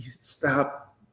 stop